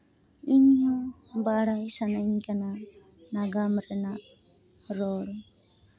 ᱤᱧ ᱵᱟᱲᱟᱭ ᱥᱟᱱᱟᱧ ᱠᱟᱱᱟ ᱱᱟᱜᱟᱢ ᱨᱮᱱᱟᱜ ᱨᱚᱲ